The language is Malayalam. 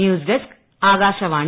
news desk Akashvani